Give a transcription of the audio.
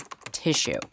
tissue